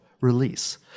release